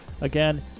again